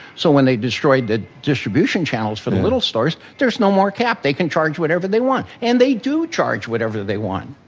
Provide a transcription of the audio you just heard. so when they destroyed the distribution channels for the little stores, there's no more cap, they can charge whatever they want and they do charge whatever they want.